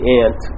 ant